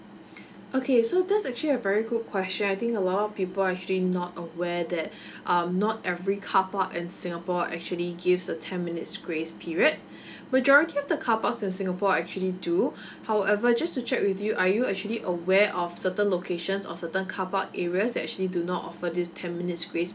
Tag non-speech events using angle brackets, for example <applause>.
<breath> okay so that's actually a very good question I think a lot of people are actually not aware that <breath> um not every carpark in singapore actually gives a ten minutes grace period <breath> majority of the carparks in singapore actually do <breath> however just to check with you are you actually aware of certain locations or certain carpark areas that actually do not offer this ten minutes grace